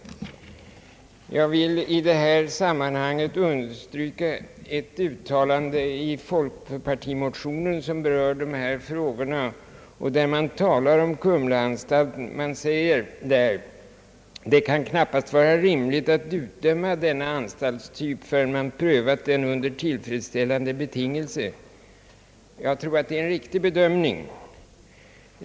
Jag vill i detta sammanhang understryka ett uttalande i folkpartimotionen, som berör dessa frågor. I fråga om Kumlaanstalten säger man, att det kan knappast vara rimligt att utdöma denna anstaltstyp förrän man prövat den under tillfredsställande betingelser. Jag tror att det är en riktig bedömning.